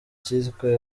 cyitwa